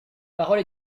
parole